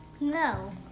No